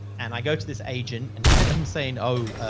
and i go to this agent and instead of him saying, oh, ah.